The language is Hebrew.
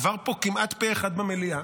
עבר פה כמעט פה אחד במליאה.